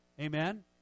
amen